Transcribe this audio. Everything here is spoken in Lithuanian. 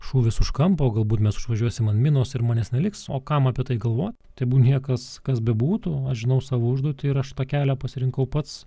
šūvis už kampo galbūt mes užvažiuosim ant minos ir manęs neliks o kam apie tai galvot tegu niekas kas bebūtų aš žinau savo užduotį ir aš tą kelią pasirinkau pats